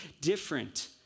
different